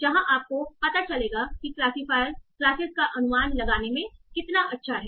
जहां आपको पता चलेगा कि क्लासिफायर क्लासेस का अनुमान लगाने में कितना अच्छा है